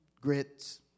grits